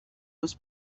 was